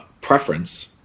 preference